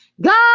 god